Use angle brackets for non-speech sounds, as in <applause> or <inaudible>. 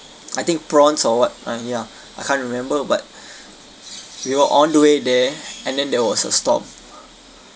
I think prawns or what ah ya I can't remember but <breath> we were on the way there and then there was a storm